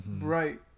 right